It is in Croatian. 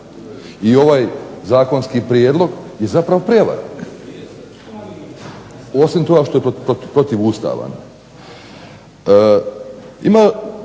i ovaj zakonski prijedlog je zapravo prijevara, osim toga što je protuustavan. Ima